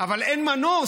אבל אין מנוס.